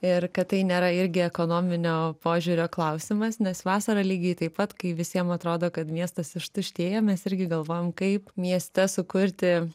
ir kad tai nėra irgi ekonominio požiūrio klausimas nes vasarą lygiai taip pat kai visiem atrodo kad miestas ištuštėjo mes irgi galvojam kaip mieste sukurti